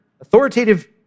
authoritative